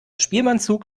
spielmannszug